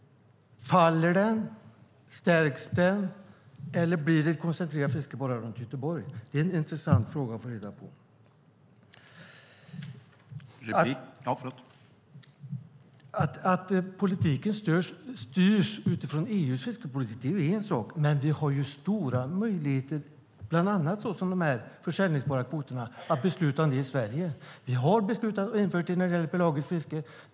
Faller den, stärks den eller blir det ett koncentrerat fiske bara runt Göteborg? Det är en intressant fråga att få svar på. Att politiken styrs utifrån EU:s fiskeripolitik är en sak. Men vi har stora möjligheter att fatta beslut i Sverige, bland annat om säljbara kvoter. Vi har beslutat att införa dem för pelagiskt fiske.